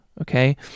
okay